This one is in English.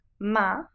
Ma